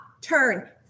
turn